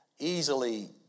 easily